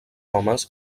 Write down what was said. homes